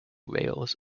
rails